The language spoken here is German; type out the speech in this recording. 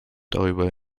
darüber